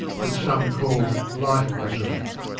which some call life-preserver.